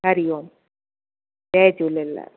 हरिओम जय झूलेलाल